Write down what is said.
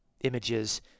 images